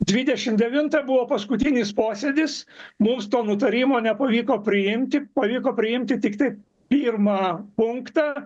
dvidešim devintą buvo paskutinis posėdis būsto nutarimo nepavyko priimti pavyko priimti tiktai pirmą punktą